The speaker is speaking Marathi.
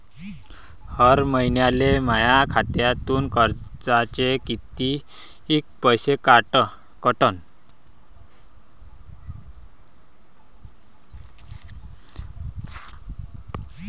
हर महिन्याले माह्या खात्यातून कर्जाचे कितीक पैसे कटन?